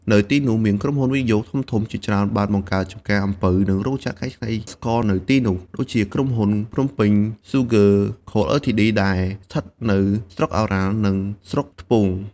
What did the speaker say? នៅទីនោះមានក្រុមហ៊ុនវិនិយោគធំៗជាច្រើនបានបង្កើតចំការអំពៅ និងរោងចក្រកែច្នៃស្ករនៅទីនោះ ដូចជាក្រុមហ៊ុន ភ្នំពេញ ស៊ូហ្គើរ ខូអិលធីឌី ដែលស្ថិតនៅស្រុកឱរ៉ាល់ និងស្រុកថ្ពង។